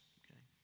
okay